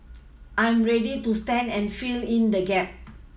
I'm ready to stand and fill in the gap